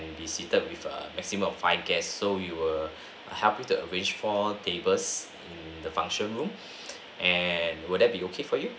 be seated with a maximum of five guests so we will help you to arrange four tables the function room and will that be okay for you